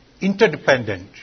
interdependent